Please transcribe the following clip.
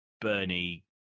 Bernie